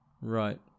Right